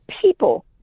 people